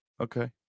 Okay